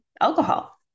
alcohol